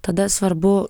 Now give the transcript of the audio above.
tada svarbu